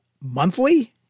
monthly